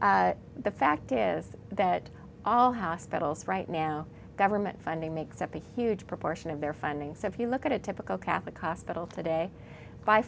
the fact is that all hospitals right now government funding makes up a huge proportion of their funding so if you look at a typical catholic hospital today by